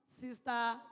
Sister